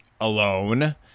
alone